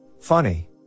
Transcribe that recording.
Funny